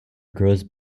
grows